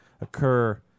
occur